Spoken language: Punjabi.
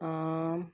ਆਮ